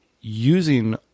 using